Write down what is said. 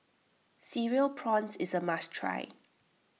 Cereal Prawns is a must try